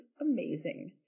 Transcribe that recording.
amazing